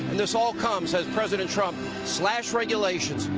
and this all comes as president trump slashed regulations,